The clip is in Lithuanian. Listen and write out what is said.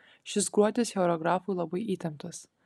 šis gruodis choreografui labai įtemptas